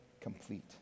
complete